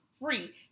Free